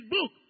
book